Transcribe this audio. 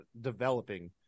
developing